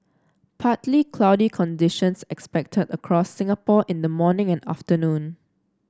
partly cloudy conditions expected across Singapore in the morning and afternoon